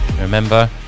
remember